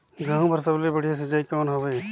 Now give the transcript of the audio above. गहूं बर सबले बढ़िया सिंचाई कौन हवय?